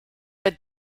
but